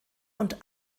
und